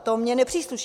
To mi nepřísluší.